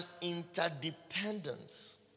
interdependence